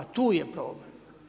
Tu je problem.